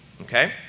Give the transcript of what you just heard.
Okay